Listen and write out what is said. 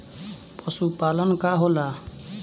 पशुपलन का होला?